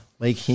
Lake